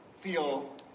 feel